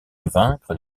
vaincre